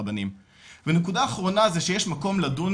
הרבניים ונקודה אחרונה זה שיש מקום לדון,